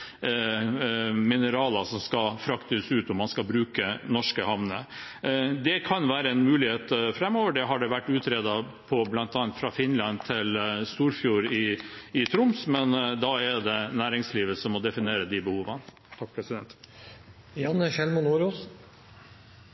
mineraler som skal fraktes ut, og man skal bruke norske havner. Det kan være en mulighet framover. Det har vært utredet, bl.a. fra Finland til Storfjord i Troms. Men da er det næringslivet som må definere de behovene.